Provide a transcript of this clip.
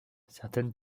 certaines